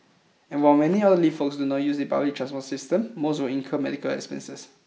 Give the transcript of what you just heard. and while many elderly folks not use the public transport system most would incur medical expenses